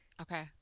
Okay